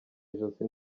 ijosi